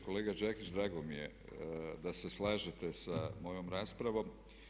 Kolega Đakić drago mi je da se slažete sa mojom raspravom.